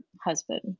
husband